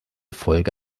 folge